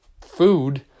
food